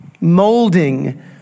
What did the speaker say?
molding